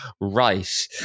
right